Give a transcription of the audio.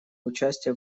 участие